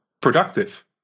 productive